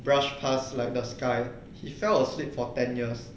brushed past like the sky he fell asleep for ten years